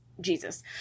Jesus